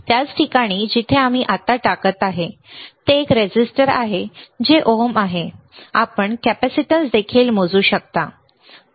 त्याच ठिकाणी जिथे आम्ही आत्ता टाकत आहोत जे एक रेझिस्टर आहे जे ओम आहे आपण कॅपेसिटन्स देखील मोजू शकता ठीक आहे